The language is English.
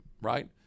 right